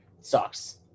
sucks